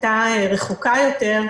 הייתה רחוקה יותר,